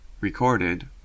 recorded